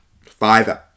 five